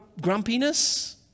grumpiness